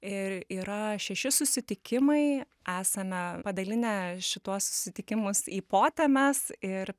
ir yra šeši susitikimai esame padalinę šituos susitikimus į potemes ir